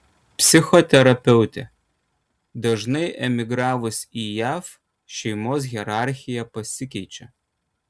psichoterapeutė dažnai emigravus į jav šeimos hierarchija pasikeičia